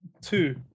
two